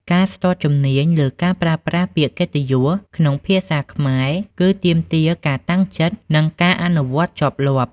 ការស្ទាត់ជំនាញលើការប្រើប្រាស់ពាក្យកិត្តិយសក្នុងភាសាខ្មែរ គឺទាមទារការតាំងចិត្ត និងការអនុវត្តជាប់លាប់។